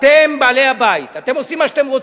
אתם בעלי-הבית, אתם עושים מה שאתם רוצים,